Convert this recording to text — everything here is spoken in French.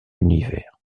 univers